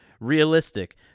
Realistic